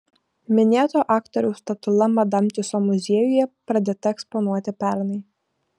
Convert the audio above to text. minėto aktoriaus statula madam tiuso muziejuje pradėta eksponuoti pernai